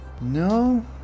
No